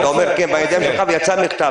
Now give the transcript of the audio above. אתה אומר: כן, בידיים שלך, ויצא מכתב.